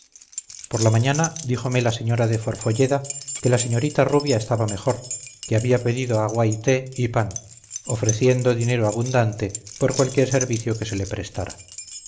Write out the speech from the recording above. por la mañana díjome la señora de forfolleda que la señorita rubia estaba mejor que había pedido agua y té y pan ofreciendo dinero abundante por cualquier servicio que se le prestara